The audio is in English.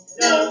no